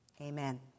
Amen